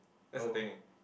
that's the thing eh